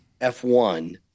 f1